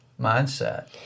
mindset